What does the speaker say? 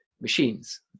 machines